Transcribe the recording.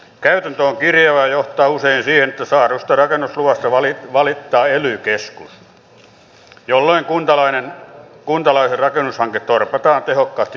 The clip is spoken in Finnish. käytäntö on kirjava ja johtaa usein siihen että saadusta rakennusluvasta valittaa ely keskus jolloin kuntalaisen rakennushanke torpataan tehokkaasti pitkäksi aikaa